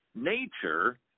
Nature